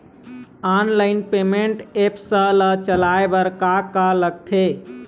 Online payment apps ला चलाए बार का का लगथे?